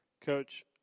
Coach